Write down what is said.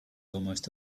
almost